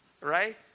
right